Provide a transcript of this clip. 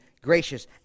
gracious